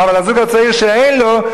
אבל הזוג הצעיר שאין לו,